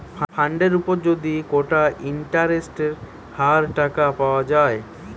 ফান্ডের উপর যদি কোটা ইন্টারেস্টের হার টাকা পাওয়া যায়